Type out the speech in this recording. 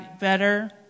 better